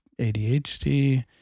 ADHD